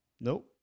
Nope